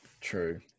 True